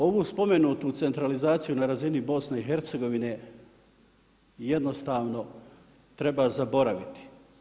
Ovu spomenuti centralizaciju na razini BIH, jednostavno treba zaboraviti.